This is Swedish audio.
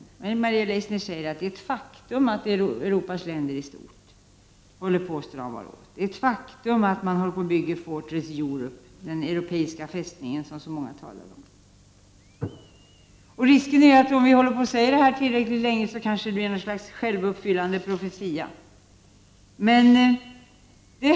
Maria Leissner säger att det är ett faktum att Europas länder i stort håller på att strama åt, att det är ett faktum att man håller på att bygga Fortress Europe, den europeiska fästning som så många talar om. Risken är att om vi säger detta tillräckligt länge kanske det blir något slags självuppfyllande = Prot. 1989/90:29 profetia.